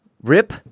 Rip